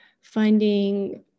finding